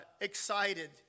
excited